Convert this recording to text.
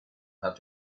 have